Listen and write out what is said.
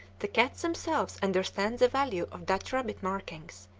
the cats themselves understand the value of dutch rabbit markings,